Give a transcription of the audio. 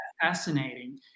fascinating